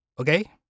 Okay